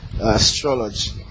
astrology